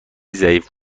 ضعیف